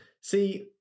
See